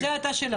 זאת הייתה השאלה.